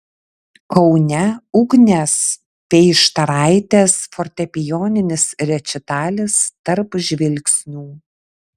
kaune ugnės peištaraitės fortepijoninis rečitalis tarp žvilgsnių